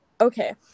Okay